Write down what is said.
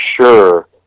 sure